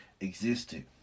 existed